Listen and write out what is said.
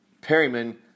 Perryman